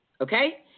Okay